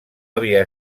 havia